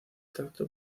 tacto